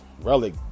relic